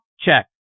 Check